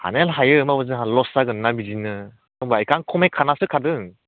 हानायालाय हायो होनबाबो जोंहा लस जागोन ना बिदिनो आं बेखौ खमायखानासो होखादों